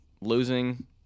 losing –